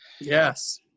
Yes